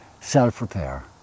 Self-repair